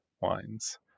wines